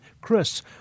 Chris